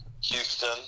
Houston